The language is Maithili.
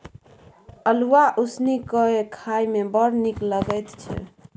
अल्हुआ उसनि कए खाए मे बड़ नीक लगैत छै